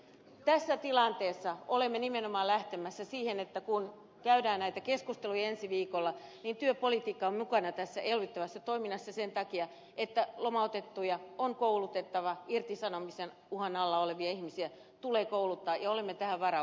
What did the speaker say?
tässä tilanteessa olemme nimenomaan lähtemässä siihen että kun käydään näitä keskusteluja ensi viikolla niin työpolitiikka on mukana tässä elvyttävässä toiminnassa sen takia että lomautettuja on koulutettava irtisanomisen uhan alla olevia ihmisiä tulee kouluttaa ja olemme tähän varautuneet